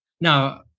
Now